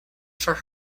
for